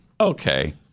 Okay